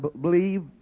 believe